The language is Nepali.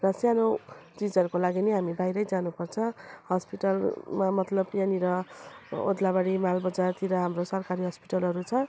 र सानो चिजहरूको लागि नि हामी बाहिरै जानुपर्छ हस्पिटलमा मतलब यहाँनिर ओत्लाबारी मालबजारतिर हाम्रो सरकारी हस्पिटलहरू छ